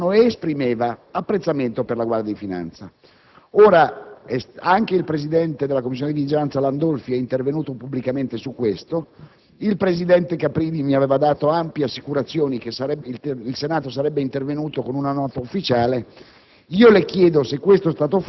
l'operato del Governo ed esprimeva apprezzamento per la Guardia di finanza". Ora, anche il presidente della Commissione di vigilanza Landolfi è intervenuto pubblicamente sul tema; il presidente Caprili mi aveva fornito ampie assicurazioni che il Senato sarebbe intervenuto con una nota ufficiale.